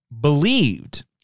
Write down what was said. believed